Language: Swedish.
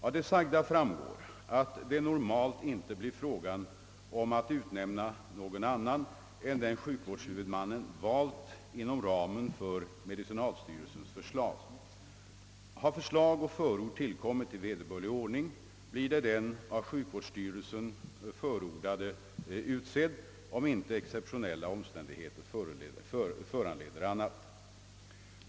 Av det sagda framgår att det normalt inte blir fråga om att utnämna någon annan än den sjukvårdshuvudmannen valt inom ramen för medicinalstyrelsens förslag. Har förslag och förord tillkommit i vederbörlig ordning, blir den av sjukvårdsstyrelsen förordade utsedd, om inte exceptionella omständigheter föranleder annat.